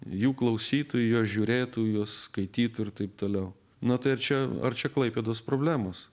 jų klausytojai juos žiūrėtų juos skaitytų ir taip toliau na tai ar čia ar čia klaipėdos problemos